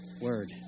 word